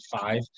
five